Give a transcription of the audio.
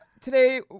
today